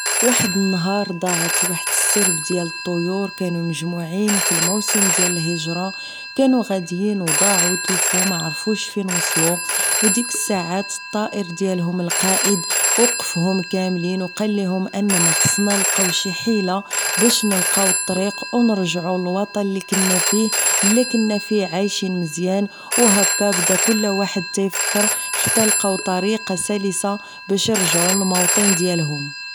واحد النهار ضاعت واحد السرب ديال الطيور كانو مجموعين في الموسم ديال الهجرة كانو غاديين و ضاعو و تلفو و معرفوش فين وصلو و ديك الساعات الطائر ديالهم القائد وقفهم كاملين و قاليهم اننا خصنا نلقاو شي حيلة باش نلقاو طريق و نرجعو للوطن اللي كنا فيه اللي كنا فيه عايشين مزيان و هكا بدا كل واحد تيفكر حتى لقاو طريقة سلسة باش ارجعو للموطن ديالهم